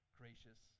gracious